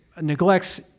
neglects